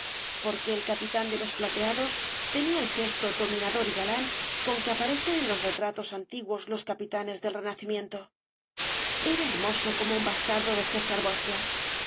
porque el capiís obras de valle inclan tan de los plateados tenía el gesto dominador y galán con que aparecen en los retratos antiguos los capitanes del renacimiento era hermoso como un bastardo de césar borgia